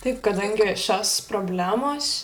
taip kadangi šios problemos